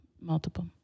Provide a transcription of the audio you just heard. Multiple